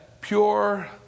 pure